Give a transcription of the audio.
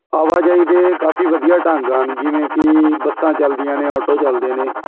ਆਵਾਜਾਈ ਦੇ ਕਾਫੀ ਵਧੀਆ ਢੰਗ ਹਨ ਜਿਵੇਂ ਕਿ ਬੱਸਾਂ ਚੱਲਦੀਆਂ ਨੇ ਔਟੋ ਚੱਲਦੇ ਨੇ